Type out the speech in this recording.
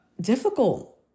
difficult